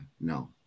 No